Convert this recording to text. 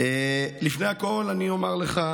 לפני הכול אני אומר לך